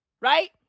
Right